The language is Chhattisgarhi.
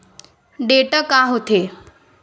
डेटा का होथे?